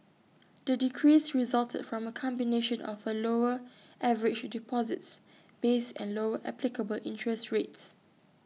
the decrease resulted from A combination of A lower average deposits base and lower applicable interest rates